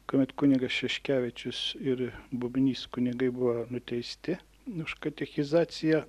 kuomet kunigas šeškevičius ir bubnys kunigai buvo nuteisti už katechizaciją